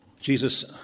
Jesus